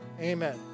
Amen